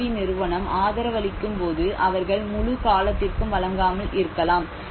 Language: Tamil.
உதவி நிறுவனம் ஆதரவளிக்கும் போது அவர்கள் முழு காலத்திற்கும் வழங்காமல் இருக்கலாம்